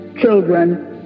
children